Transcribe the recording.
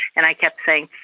and i kept saying,